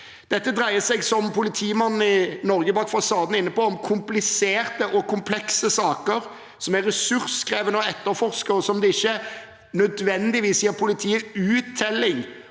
Dette dreier seg, som politimannen i programmet Norge bak fasaden er inne på, om kompliserte og komplekse saker som er ressurskrevende å etterforske, og som det ikke nødvendigvis gir politiet uttelling